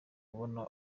kubona